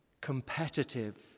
competitive